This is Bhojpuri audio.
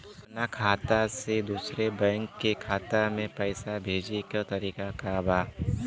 अपना खाता से दूसरा बैंक के खाता में पैसा भेजे के तरीका का बा?